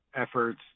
efforts